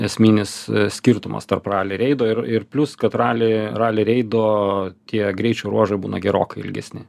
esminis skirtumas tarp rali reido ir ir plius kad rali rali reido tie greičio ruožai būna gerokai ilgesni